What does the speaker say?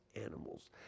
animals